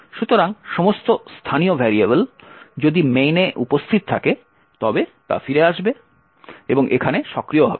সুতরাং সমস্ত স্থানীয় ভেরিয়েবল যদি main এ উপস্থিত থাকে তবে তা ফিরে আসবে এবং এখানে সক্রিয় হবে